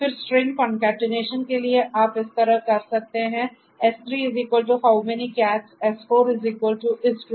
फिर string concatenation के लिए है आप इस तरह कर सकते हैं s3"How many cats " s4"is too many cats